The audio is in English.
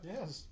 Yes